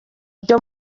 byo